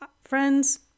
friends